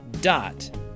dot